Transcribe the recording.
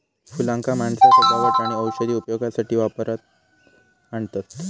फुलांका माणसा सजावट आणि औषधी उपयोगासाठी वापरात आणतत